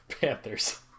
Panthers